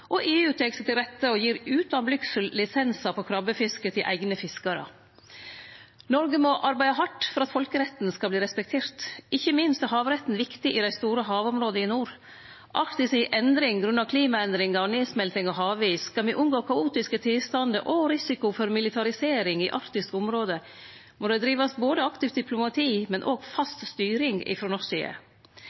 og ynskjer både meir makt og meir nærvær, og EU tek seg til rette og gir – utan blygsel – lisensar for krabbefiske til eigne fiskarar. Noreg må arbeide hardt for at folkeretten skal verte respektert. Ikkje minst er havretten viktig i dei store havområda i nord. Arktis er i endring grunna klimaendringar og nedsmelting av havis. Skal me unngå kaotiske tilstandar og risiko for militarisering i arktiske område, må det drivast både aktivt diplomati og fast